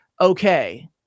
okay